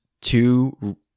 two